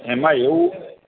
એમાં એવું